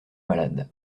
malade